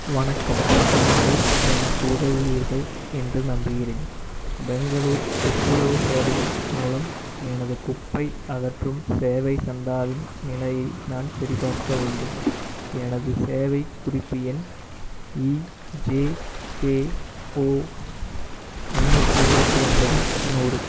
வணக்கம் நீங்கள் எனக்கு உதவுவீர்கள் என்று நம்புகிறேன் பெங்களூர் துப்புரவு சேவைகள் மூலம் எனது குப்பை அகற்றும் சேவை சந்தாவின் நிலையை நான் சரிபார்க்க வேண்டும் எனது சேவை குறிப்பு எண் இஜேகேஓ முந்நூற்றி இருபத்தி ஒன்பது நூறு